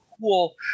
cool